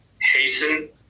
hasten